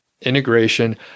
integration